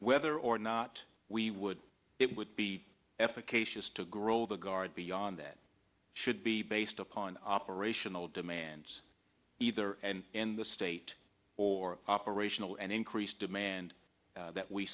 whether or not we would it would be efficacious to grow the guard beyond that should be based upon operational demands either and in the state or operational an increased demand that we